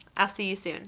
ah see you soon.